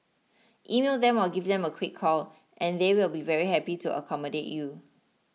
email them or give them a quick call and they will be very happy to accommodate you